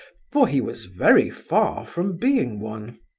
for he was very far from being one.